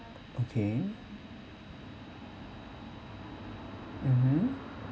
okay mmhmm